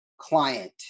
Client